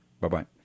Bye-bye